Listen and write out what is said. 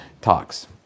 talks